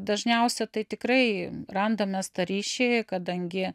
dažniausia tai tikrai randam mes tą ryšį kadangi